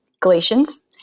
galatians